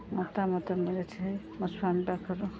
ମତାମତ ମିଳିଛି ମୋ ସ୍ଵାମୀ ପାଖରୁ